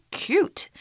cute